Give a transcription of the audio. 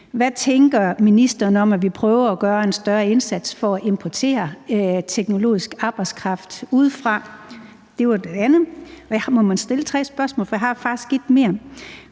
Hvad tænker ministeren om, at vi prøver at gøre en større indsats for at importere teknologisk arbejdskraft udefra? Det var det andet. Må man stille tre spørgsmål, for jeg har faktisk et mere?